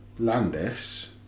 Landis